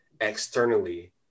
externally